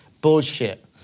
Bullshit